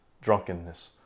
drunkenness